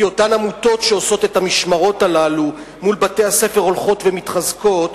כי אותן עמותות שעושות את המשמרות הללו מול בתי-הספר הולכות ומתחזקות,